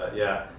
yeah.